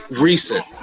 recent